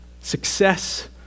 success